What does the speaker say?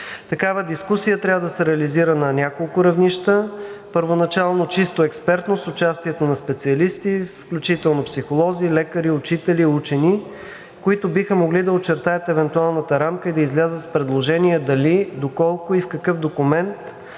Такава дискусия трябва да се реализира на няколко равнища. Първоначално чисто експертно с участието на специалисти, включително психолози, лекари, учители, учени, които биха могли да очертаят евентуалната рамка и да излязат с предложение дали, доколко и в какъв документ